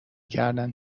کردن